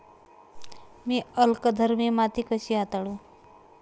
मी अल्कधर्मी माती कशी हाताळू?